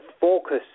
focus